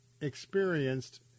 experienced